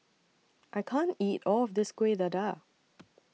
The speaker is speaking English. I can't eat All of This Kueh Dadar